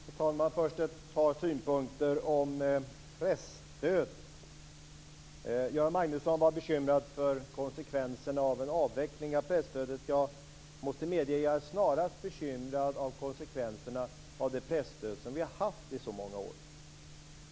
Fru talman! Först vill jag framföra ett par synpunkter om presstödet. Göran Magnusson var bekymrad för konsekvenserna av en avveckling av presstödet - jag måste medge att jag snarast är bekymrad för konsekvenserna av det presstöd som vi har haft i så många år.